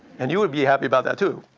and he would be happy about that too,